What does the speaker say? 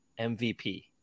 MVP